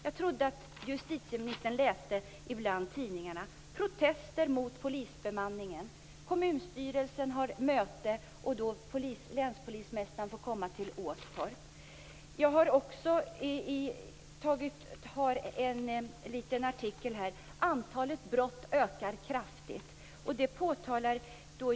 Jag trodde att justitieministern ibland läste tidningarna. "Kommunstyrelsen har möte och länspolismästaren får komma till Åstorp." "Antalet brott ökar kraftigt."